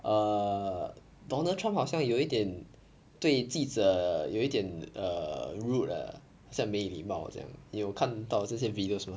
err donald trump 好像有一点对记者有一点 err rude ah 好像没礼貌这样你有看到这些 videos mah